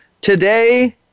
today